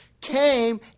Came